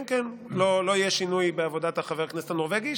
כן, כן, לא יהיה שינוי בעבודת חבר הכנסת הנורבגי.